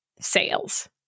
sales